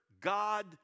God